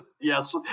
Yes